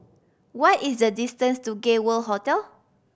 what is the distance to Gay World Hotel